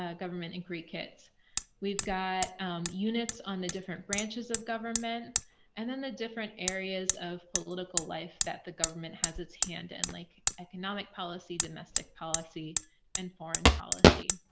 ah government and create kits we've got units on the different branches of government and then the different areas of political life, that the government has its hand in and like economic policy domestic policy and foreign policy.